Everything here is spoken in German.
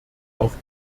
auf